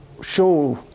show,